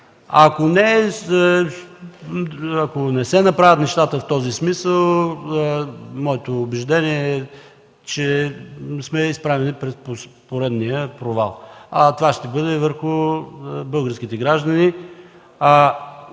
ако не се направят нещата в този смисъл, моето убеждение е, че сме изправени пред поредния провал, а това ще бъде върху българските граждани.